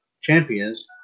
champions